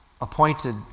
appointed